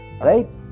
right